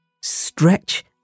stretch